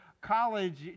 college